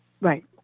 Right